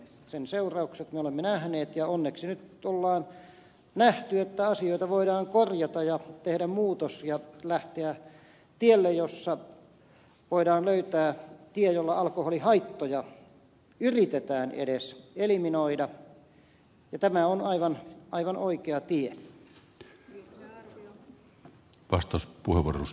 sen seuraukset me olemme nähneet ja onneksi nyt on nähty että asioita voidaan korjata ja tehdä muutos ja lähteä tielle jossa voidaan löytää tie jolla alkoholihaittoja yritetään edes eliminoida ja tämä on aivan oikea tie